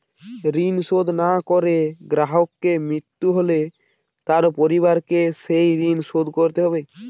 ঋণ শোধ না করে গ্রাহকের মৃত্যু হলে তার পরিবারকে সেই ঋণ শোধ করতে হবে?